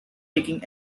taking